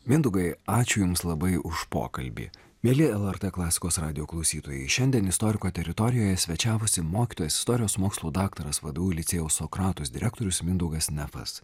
mindaugai ačiū jums labai už pokalbį mieli lrt klasikos radijo klausytojai šiandien istoriko teritorijoje svečiavosi mokytojas istorijos mokslų daktaras vdu licėjaus sokratus direktorius mindaugas nefas